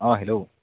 অ' hello